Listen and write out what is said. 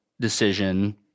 decision